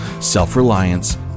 self-reliance